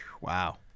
Wow